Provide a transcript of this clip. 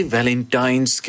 Valentine's